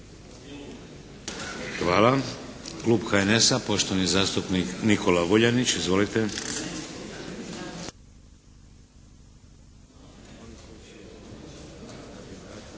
Hvala. Klub HNS-a poštovani zastupnik Nikola Vuljanić. Izvolite.